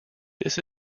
this